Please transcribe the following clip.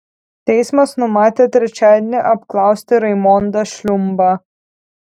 teismas numatė trečiadienį apklausti raimondą šliumbą